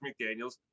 McDaniels